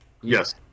Yes